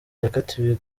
yakatiwe